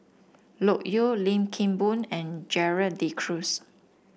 Loke Yew Lim Kim Boon and Gerald De Cruz